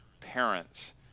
parents